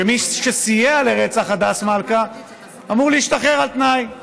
שמי שסייע לרצח הדס מלכה אמור להשתחרר על תנאי,